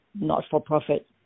not-for-profit